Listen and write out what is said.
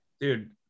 dude